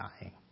dying